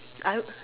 I would